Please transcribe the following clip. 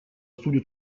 studio